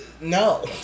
no